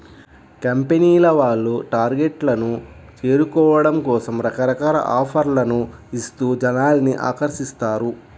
కంపెనీల వాళ్ళు టార్గెట్లను చేరుకోవడం కోసం రకరకాల ఆఫర్లను ఇస్తూ జనాల్ని ఆకర్షిస్తారు